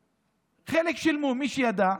חלק, שילמו, מי שידע,